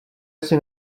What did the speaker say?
asi